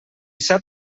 sap